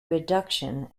reduction